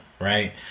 right